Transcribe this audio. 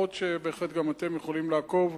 אף-על-פי שבהחלט גם אתם יכולים לעקוב,